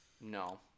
No